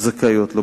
זכאיות לו.